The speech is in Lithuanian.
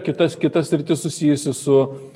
kita kita sritis susijusi su